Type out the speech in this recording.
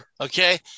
okay